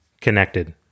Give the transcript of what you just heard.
connected